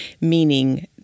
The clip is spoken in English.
meaning